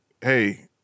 hey